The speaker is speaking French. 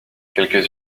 quelques